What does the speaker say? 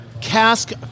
cask